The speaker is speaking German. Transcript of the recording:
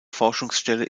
forschungsstelle